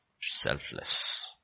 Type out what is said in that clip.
selfless